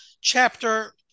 chapter